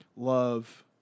Love